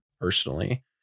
personally